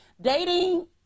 dating